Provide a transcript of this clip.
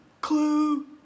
clue